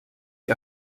que